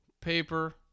paper